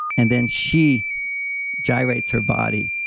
and then she gyrates her body.